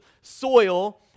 soil